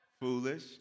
foolish